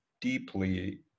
deeply